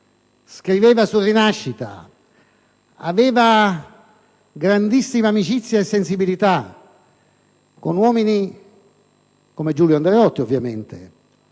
scriveva su "Rinascita", aveva grandissima amicizia e sensibilità con uomini come Giulio Andreotti ed